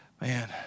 man